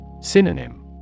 Synonym